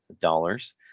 dollars